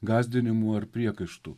gąsdinimų ar priekaištų